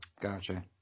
Gotcha